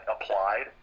applied